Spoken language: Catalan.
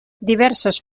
diversos